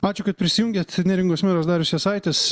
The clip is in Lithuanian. ačiū kad prisijungėt neringos meras darius jasaitis